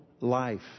life